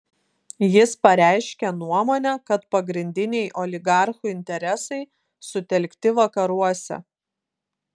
jis pareiškė nuomonę kad pagrindiniai oligarchų interesai sutelkti vakaruose